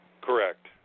Correct